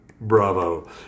bravo